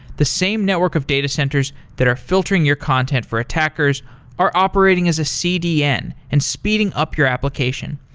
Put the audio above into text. the same network of data center that are filtering your content for attackers are operating as a cdn and speeding up your application.